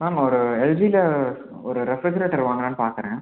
ma'am ஒரு எல்ஜியில ஒரு ரெஃப்ரிஜிரேட்டர் வாங்கலான்னு பாக்கறேன்